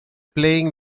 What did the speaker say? playing